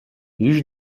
již